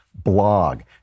blog